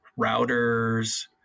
routers